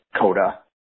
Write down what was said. coda